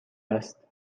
است